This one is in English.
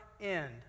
end